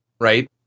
right